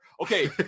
okay